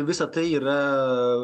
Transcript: visa tai yra